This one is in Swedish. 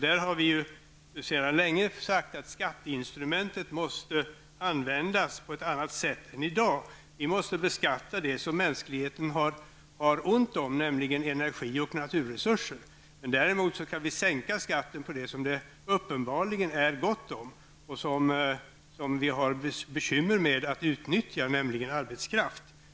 Vi har sedan länge sagt att skatteinstrumentet måste användas på ett annat sätt än i dag. Vi måste beskatta det som mänskligheten har ont om, nämligen energi och naturresurser. Däremot går det att sänka skatten på sådant som det är uppenbarligen gott om och som vi har bekymmer att utnyttja, nämligen arbetskraft.